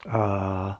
err